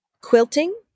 quilting